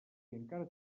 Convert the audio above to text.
encara